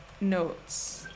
notes